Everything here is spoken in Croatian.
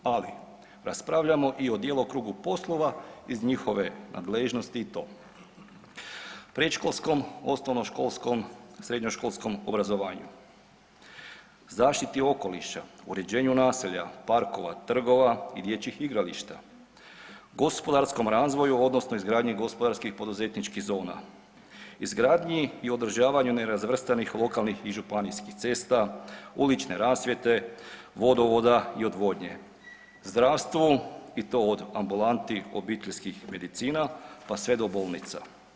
Ali raspravljamo i o djelokrugu poslova iz njihove nadležnosti i to: predškolskom, osnovnoškolskom, srednjoškolskom obrazovanju, zaštiti okoliša, uređenju naselja, parkova, trgova i dječjih igrališta, gospodarskom razvoju odnosno izgradnji gospodarskih poduzetničkih zona, izgradnji i održavanju nerazvrstanih lokalnih i županijskih cesta, ulične rasvjete, vodovoda i odvodnje, zdravstvu i to od ambulanti obiteljskih medicina, pa sve do bolnica.